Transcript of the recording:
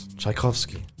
Tchaikovsky